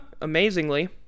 Amazingly